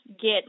get